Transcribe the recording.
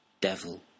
Devil